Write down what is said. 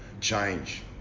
change